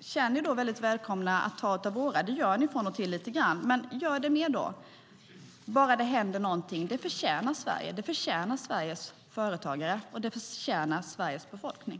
gärna ta av våra. Det gör ni lite till och från, men gör det mer så att det händer något. Det förtjänar Sverige, Sveriges företagare och Sveriges befolkning.